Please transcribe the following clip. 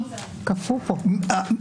הוא פסול משום התכנים שהוא מביא לכאן,